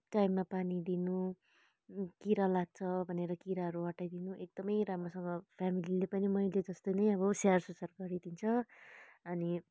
टाइममा पानी दिनु किरा लाग्छ भनेर किराहरू हटाइदिनु एकदमै राम्रोसँग फ्यामिलीले पनि मैले जस्तै नै अब स्याहार सुसार गरिदिन्छ अनि